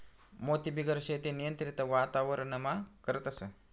मातीबिगेर शेती नियंत्रित वातावरणमा करतस